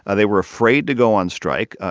ah they were afraid to go on strike.